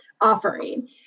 offering